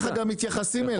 רק לגבי סעיף (ב):